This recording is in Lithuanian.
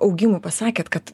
augimui pasakėt kad